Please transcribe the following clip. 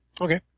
Okay